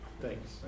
Thanks